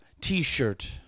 t-shirt